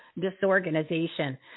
disorganization